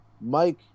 Mike